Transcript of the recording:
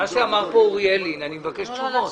אוריאל לין, אני מבקש תשובות.